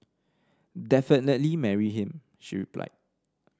definitely marry him she replied